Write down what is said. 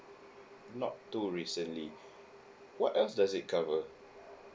not too recently what else does it cover